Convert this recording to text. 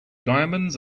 diamonds